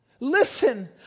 Listen